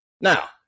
Now